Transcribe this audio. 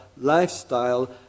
lifestyle